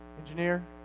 Engineer